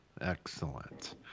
excellent